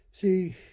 See